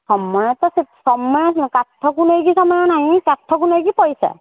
ସମୟ ତ ସମୟ ନୁହେଁ କାଠକୁ ନେଇକି ସମୟ ନାହିଁ କାଠକୁ ନେଇକି ପଇସା